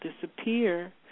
disappear